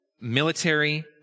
Military